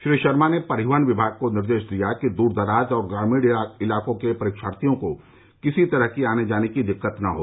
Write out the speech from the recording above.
डॉ शर्मा ने परिवहन विभाग को निर्देश दिया कि दूर दराज़ और ग्रामीण इलाकों के परीक्षाथियों को किसी तरह की आने जाने की दिक्कत न हो